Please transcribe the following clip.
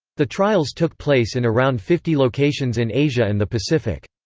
the trials took place in around fifty locations in asia and the pacific.